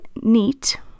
neat